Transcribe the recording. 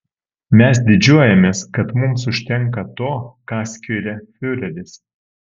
mes didžiuojamės kad mums užtenka to ką skiria fiureris